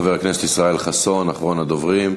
חבר הכנסת ישראל חסון, אחרון הדוברים,